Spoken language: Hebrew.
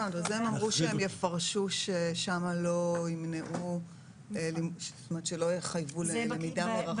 זה עלה כאן והם אמרו שהם יפרשו ששם לא יחייבו למידה מרחוק.